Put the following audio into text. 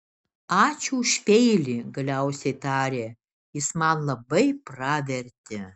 ačiū už peilį galiausiai tarė jis man labai pravertė